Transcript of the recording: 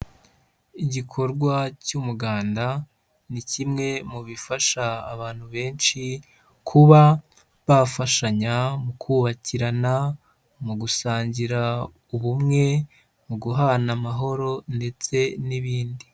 Igikorwa cy'umuganda ni kimwe mu bifasha abantu benshi kuba bafashanya mu kubakirana, mu gusangira ubumwe, mu guhana amahoro ndetse n'ibindi.